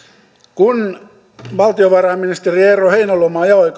kun valtiovarainministeri eero heinäluoma ajoi